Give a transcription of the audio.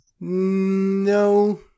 No